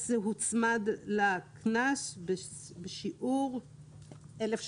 אז הוצמד לה קנס בשיעור 1,000 שקלים,